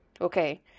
Okay